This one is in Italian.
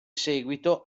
seguito